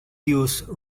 use